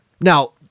Now